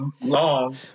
long